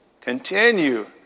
Continue